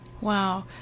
Wow